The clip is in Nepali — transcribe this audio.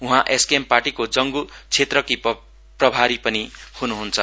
उहाँ एसकेएम पार्टीको जङग् क्षेत्रकी प्रभारी पनि हनुहन्छ